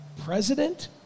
president